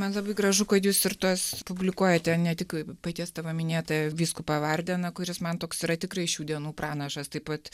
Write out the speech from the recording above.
man labai gražu kad jūs ir tas publikuojate ne tik paties tavo minėtą vyskupą vardeną kuris man toks yra tikrai šių dienų pranašas taip pat